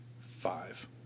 Five